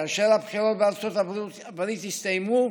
כאשר הבחירות בארצות הברית יסתיימו,